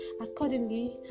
accordingly